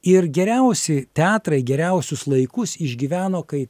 ir geriausi teatrai geriausius laikus išgyveno kai